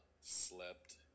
Slept